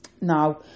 Now